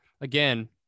again